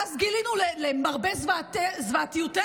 ואז גילינו, למרבה זוועתנו,